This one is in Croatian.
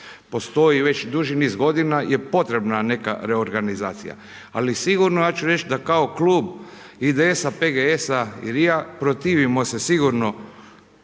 postoji već duži niz godina je potrebna neka reorganizacija, ali sigurno ja ću reći da kao klub IDS-a, PGS-a i RIA protivimo se sigurno